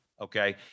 Okay